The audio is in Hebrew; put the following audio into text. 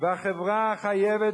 והחברה חייבת,